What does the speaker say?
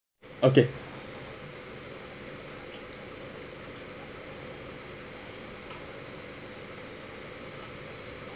okay